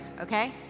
okay